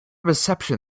reception